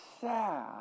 sad